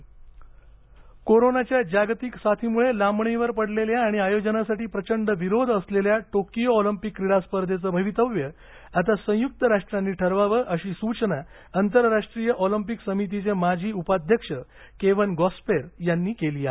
Olympic कोरोनाच्या जागतिक साथीमुळे लांबणीवर पडलेल्या आणि आयोजनासाठी प्रचंड विरोध असलेल्या टोकियो ऑलिम्पिक क्रीडा स्पर्धेचं भवितव्य आता संयुक्त राष्ट्रांनी ठरवावं अशी सूचना आंतरराष्ट्रीय ऑलिंपिक समितीचे माजी उपाध्यक्ष केव्हन गॉस्पेर यांनी केली आहे